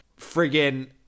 friggin